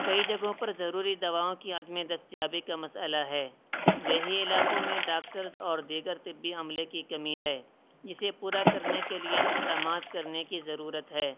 کئی جگہوں پر ضروری دواؤں کی عدم دستیابی کا مسئلہ ہے دیہی علاقوں میں ڈاکٹرس اور دیگر طبی عملے کی کمی ہے جسے پورا کرنے کے لیے اقدامات کرنے کی ضرورت ہے